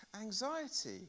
anxiety